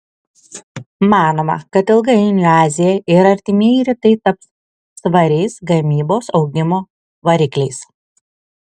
manoma kad ilgainiui azija ir artimieji rytai taps svariais gamybos augimo varikliais